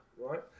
right